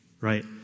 right